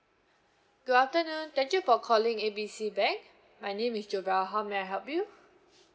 good afternoon thank you for calling A B C bank my name is joelle how may I help you